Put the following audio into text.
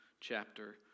chapter